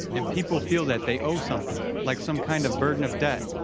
and people feel that they owe something, like some kind of burden of debt,